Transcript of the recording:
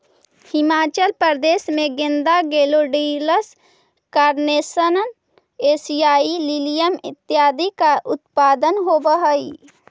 हिमाचल प्रदेश में गेंदा, gladiolus, carnation, एशियाई लिलियम इत्यादि का उत्पादन होवअ हई